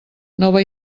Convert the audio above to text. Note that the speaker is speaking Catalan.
nova